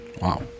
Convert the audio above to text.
Wow